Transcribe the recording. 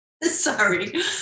Sorry